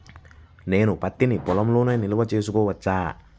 నేను పత్తి నీ పొలంలోనే నిల్వ చేసుకోవచ్చా?